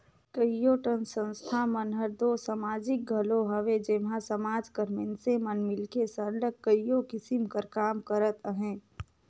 कइयो ठन संस्था मन हर दो समाजिक घलो हवे जेम्हां समाज कर मइनसे मन मिलके सरलग कइयो किसिम कर काम करत अहें